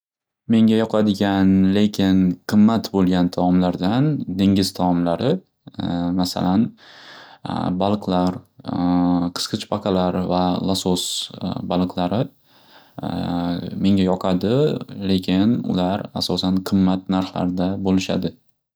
Menga yoqadigan lekin qimmat bo'lgan taomlardan dengiz taomlari masalan baliqlar, qisqichbaqalar va lasos baliqlari menga yoqadi lekin ular asosan qimmat narxlarda bo'lishadi.